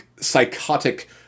psychotic